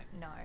no